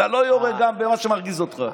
אתה לא יורה גם במה שמרגיז אותך.